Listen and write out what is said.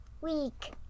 week